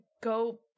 go